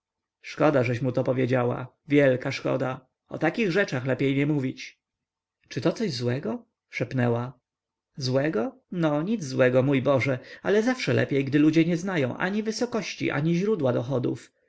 szkoda żeś mu to powiedziała wielka szkoda o takich rzeczach lepiej nie mówić czyto co złego szepnęła złego no nic złego mój boże ale zawsze lepiej gdy ludzie nie znają ani wysokości ani źródła dochodów